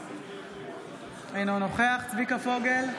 אינו נוכח צביקה פוגל,